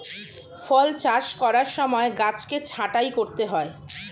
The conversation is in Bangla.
ফল চাষ করার সময় গাছকে ছাঁটাই করতে হয়